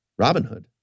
Robinhood